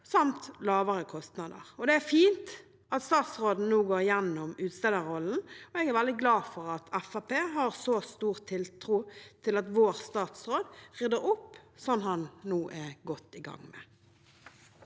samt lavere kostnader. Det er fint at statsråden nå går gjennom utstederrollen, og jeg er veldig glad for at Fremskrittspartiet har så stor tiltro til at vår statsråd rydder opp, slik han nå er godt i gang med.